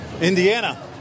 Indiana